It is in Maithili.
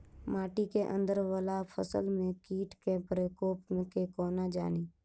माटि केँ अंदर वला फसल मे कीट केँ प्रकोप केँ कोना जानि?